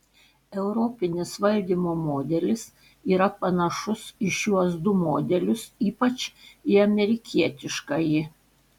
europinis valdymo modelis yra panašus į šiuos du modelius ypač į amerikietiškąjį